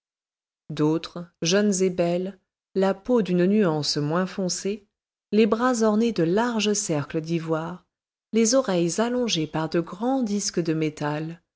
d'autres jeunes et belles la peau d'une nuance moins foncée les bras ornés de larges cercles d'ivoire les oreilles allongées par de grands disques de métal